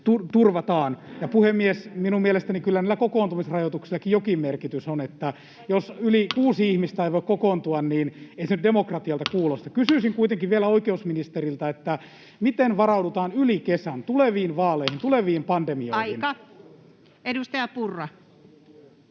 on tehnyt?] Puhemies! Minun mielestäni kyllä näillä kokoontumisrajoituksillakin jokin merkitys on, eli jos yli kuusi ihmistä ei voi kokoontua, niin ei se nyt demokratialta kuulosta. Kysyisin kuitenkin vielä oikeusministeriltä: miten varaudutaan yli kesän, tuleviin vaaleihin, tuleviin pandemioihin? [Speech 165]